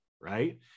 right